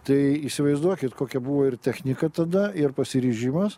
tai įsivaizduokit kokia buvo ir technika tada ir pasiryžimas